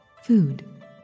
Food